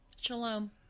Shalom